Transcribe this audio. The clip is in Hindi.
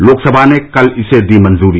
लोकसभा ने कल इसे दी मंजूरी